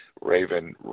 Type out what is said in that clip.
Raven